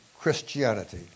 Christianity